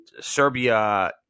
Serbia